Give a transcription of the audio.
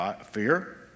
fear